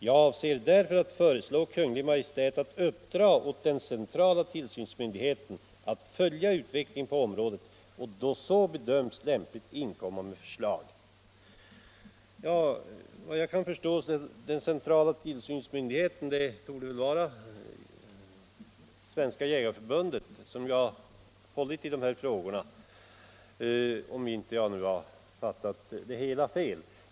Jag avser därför, fortsatte han, att föreslå Kungl. Maj:t att uppdra åt den centrala tillsynsmyndigheten att följa utvecklingen på området och då så bedöms lämpligt inkomma med förslag.” Enligt vad jag kan förstå torde den centrala tillsynsmyndigheten vara Svenska jägareförbundet, som ju har hållit i de här frågorna, om jag inte har fattat det hela fel.